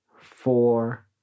four